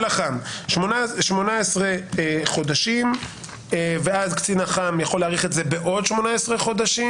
-- 18 חודשים ואז קצין אח"מ יכול להאריך את זה בעוד 18 חודשים,